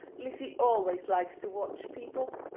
lizzy always likes to watch people.